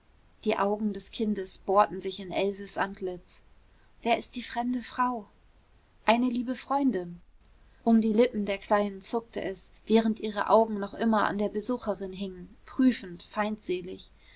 die augen des kindes bohrten sich in elses antlitz wer ist die fremde frau eine liebe freundin um die lippen der kleinen zuckte es während ihre augen noch immer an der besucherin hingen prüfend feindselig